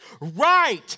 right